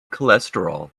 cholesterol